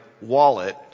wallet